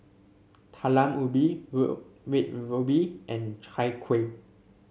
Talam Ubi ruby Red Ruby and Chai Kuih